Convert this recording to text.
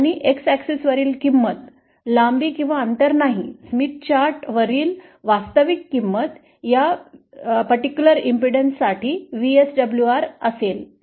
आणि X अक्षवरील किंमत लांबी किंवा अंतर नाहीस्मिथ चार्ट वरील वास्तविक किंमत या विशिष्ट प्रतिबाधासाठी व्हीएसडब्ल्यूआर असेल